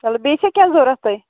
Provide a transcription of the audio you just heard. چَلو بیٚیہِ چھا کیٚنٛہہ ضروٗرت تۅہہِ